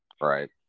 Right